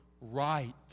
right